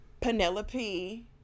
Penelope